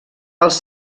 els